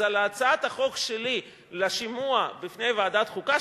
אז על הצעת החוק שלי לשימוע בפני ועדת החוקה,